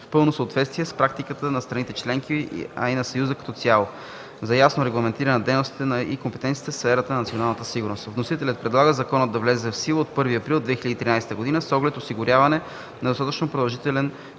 в пълно съответствие с практиката на страните членки, а и на Съюза като цяло, за ясно регламентиране на дейностите и компетенциите в сферата на националната сигурност. Вносителят предлага законът да влезе в сила от 1 април 2013 г. с оглед осигуряване на достатъчно продължителен